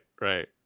right